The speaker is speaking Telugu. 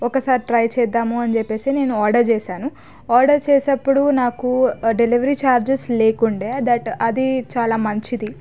ఒకసారి ట్రై చేద్దాము అని చెప్పేసి నేను ఆర్డర్ చేశాను ఆర్డర్ చేసేటప్పుడు నాకు డెలివరీ ఛార్జెస్ లేకుండే దట్ అది చాలా మంచిది